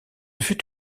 fut